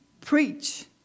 preach